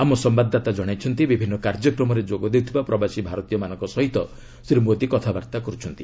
ଆମ ସମ୍ଭାଦଦାତା ଜଣାଇଛନ୍ତି ବିଭିନ୍ନ କାର୍ଯ୍ୟକ୍ରମରେ ଯୋଗ ଦେଉଥିବା ପ୍ରବାସୀ ଭାରତୀୟମାନଙ୍କ ସହ ଶ୍ରୀ ମୋଦୀ କଥାବାର୍ତ୍ତା କରୁଛନ୍ତି